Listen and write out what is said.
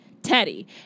Teddy